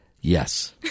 Yes